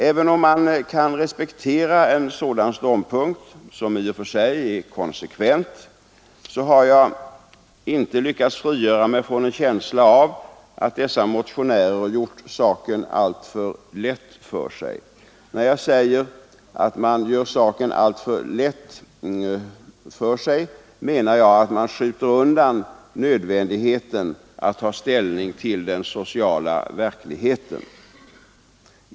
Även om man kan respektera en sådan ståndpunkt, som i och för sig är konsekvent, har jag inte lyckats frigöra mig från en känsla av att dessa motionärer gjort saken alltför lätt för sig. När jag säger att man gör saken alltför lätt för sig menar jag att man skjuter undan nödvändigheten att ta ställning till den sociala verkligheten.